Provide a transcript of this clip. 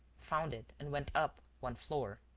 found it and went up one floor.